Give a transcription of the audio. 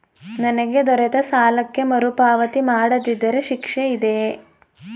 ನನಗೆ ದೊರೆತ ಸಾಲಕ್ಕೆ ಮರುಪಾವತಿ ಮಾಡದಿದ್ದರೆ ಶಿಕ್ಷೆ ಇದೆಯೇ?